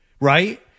right